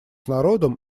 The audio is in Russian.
народом